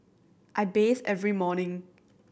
I bathe every morning